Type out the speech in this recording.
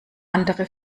andere